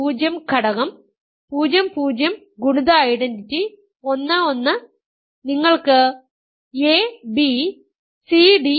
അതിനാൽ 0 ഘടകം 0 0 ഗുണിത ഐഡന്റിറ്റി 11 നിങ്ങൾക്ക് a b c